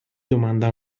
domanda